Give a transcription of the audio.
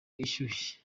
ishyushye